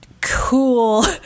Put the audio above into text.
cool